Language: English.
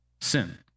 sin